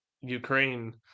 Ukraine